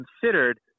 considered